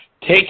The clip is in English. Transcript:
Take